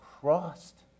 crossed